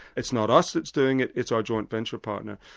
it's not us that's doing it, it's our joint venture partners.